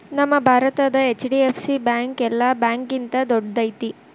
ನಮ್ಮ ಭಾರತದ HDFC bank ಯೆಲ್ಲಾ ಬ್ಯಾಂಕ್ಗಿಂತಾ ದೊಡ್ದೈತಿ